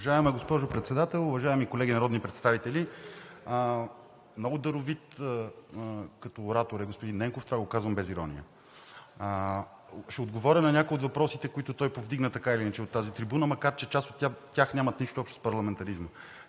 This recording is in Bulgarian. Уважаема госпожо Председател, уважаеми колеги народни представители! Много даровит като оратор е господин Ненков, това го казвам без ирония. Ще отговоря на някои от въпросите, които той повдигна така или иначе от тази трибуна, макар че част от тях нямат нищо общо с парламентаризма.